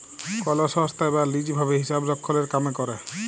call সংস্থায় বা lease ভাবে হিসাবরক্ষলের কামে ক্যরে